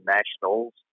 Nationals